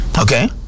Okay